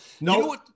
No